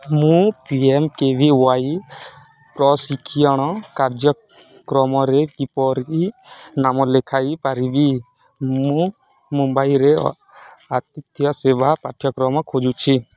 ମୁଁ P M K V Y ପ୍ରଶିକ୍ଷଣ କାର୍ଯ୍ୟକ୍ରମରେ କିପରି ନାମ ଲେଖାଇପାରିବି ମୁଁ ମୁମ୍ବାଇରେ ଆତିଥ୍ୟ ସେବା ପାଠ୍ୟକ୍ରମ ଖୋଜୁଛି